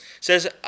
says